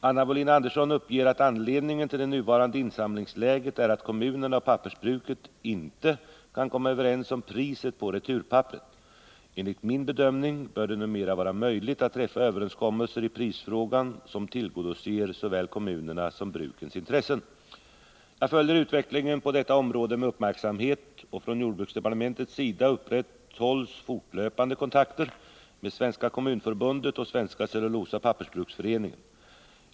Anna Wohlin-Andersson uppger att anledningen till det nuvarande insamlingsläget är att kommunerna och pappersbruken inte kan komma överens om priset på returpapperet. Enligt min bedömning bör det numera vara möjligt att träffa överenskommelser i prisfrågan som tillgodoser såväl kommunernas som brukens intressen. Jag följer utvecklingen på detta område med uppmärksamhet, och från jordbruksdepartementets sida upprätthålls fortlöpande kontakter med Svenska kommunförbundet och Svenska cellulosaoch pappersbruksföreningen.